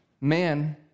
man